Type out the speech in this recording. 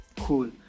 cool